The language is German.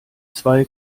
zwei